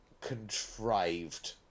contrived